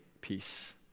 peace